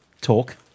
talk